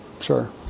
Sure